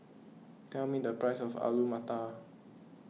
tell me the price of Alu Matar